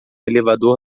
elevador